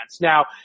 Now